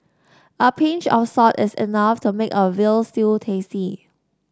a pinch of salt is enough to make a veal stew tasty